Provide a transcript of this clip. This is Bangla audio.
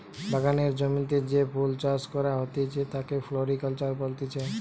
বাগানের জমিতে যে ফুল চাষ করা হতিছে তাকে ফ্লোরিকালচার বলতিছে